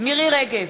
מירי רגב,